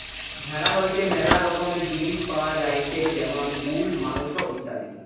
ভেড়া হইতে ম্যালা রকমের জিনিস পাওয়া যায়টে যেমন উল, মাংস ইত্যাদি